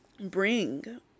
bring